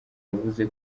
yavuze